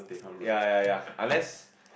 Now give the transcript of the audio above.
ya ya ya unless